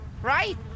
Right